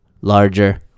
larger